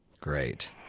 Great